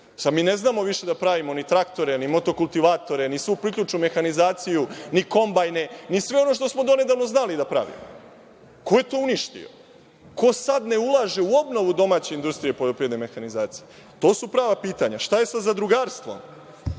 Sada mi ne znamo više da pravimo ni traktore, ni motokultivatore, ni svu priključnu mehanizaciju, ni kombajne, ni sve ono što smo donedavno znali da pravimo. Ko je to uništio? Ko sada ne ulaže u obnovu domaće industrije poljoprivredne mehanizacije? To su prava pitanja. Šta je sa zadrugarstvom?